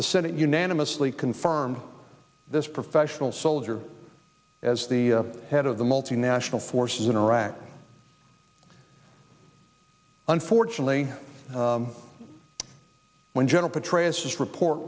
the senate unanimously confirmed this professional soldier as the head of the multinational forces in iraq unfortunately when general petraeus report